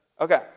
Okay